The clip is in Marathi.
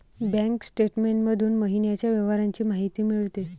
बँक स्टेटमेंट मधून महिन्याच्या व्यवहारांची माहिती मिळते